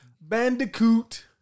Bandicoot